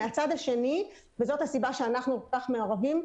ומהצד השני וזו הסיבה שאנחנו כל כך מעורבים,